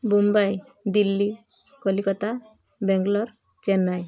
Mumbai Delhi Calcutta Bangalore Chennai